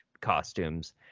costumes